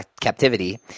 captivity